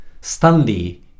Stanley